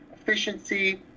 efficiency